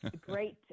great